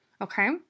Okay